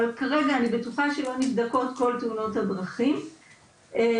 אבל כרגע אני בטוחה שלא נבדקות כל תאונות הדרכים ולכן,